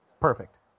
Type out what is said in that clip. Perfect